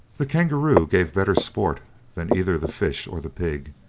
the kangaroo gave better sport than either the fish or the pig,